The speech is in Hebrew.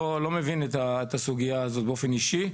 לא מבין את הסוגייה הזאת באופן אישי,